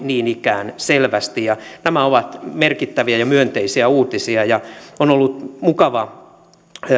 niin ikään selvästi nämä ovat merkittäviä ja myönteisiä uutisia on ollut mukava